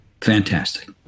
Fantastic